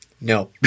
no